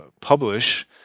publish